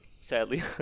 Sadly